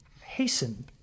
hasten